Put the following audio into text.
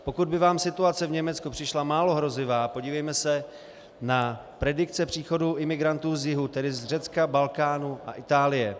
Pokud by vám situace v Německu přišla málo hrozivá, podívejme se na predikce příchodu imigrantů z jihu, tedy z Řecka, Balkánu a Itálie.